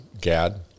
Gad